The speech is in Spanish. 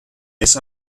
esa